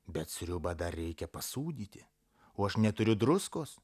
bet sriubą dar reikia pasūdyti o aš neturiu druskos